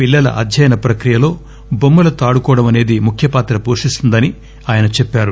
పిల్లల అధ్యయన ప్రక్రియలో టొమ్మలతో ఆడుకోవడం అనేది ముఖ్య పాత్ర పోషిస్తుందని ఆయన చెప్పారు